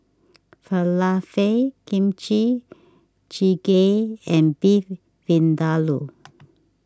Falafel Kimchi Jjigae and Beef Vindaloo